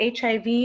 HIV